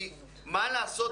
מה לעשות,